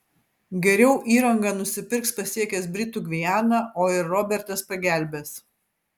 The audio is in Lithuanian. geriau įrangą nusipirks pasiekęs britų gvianą o ir robertas pagelbės